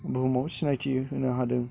बुहुमाव सिनायथि होनो हादों